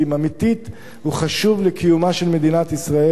הוא באמת חשוב לקיומה של מדינת ישראל,